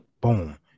Boom